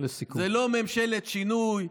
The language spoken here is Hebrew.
זה לא ממשלת שינוי,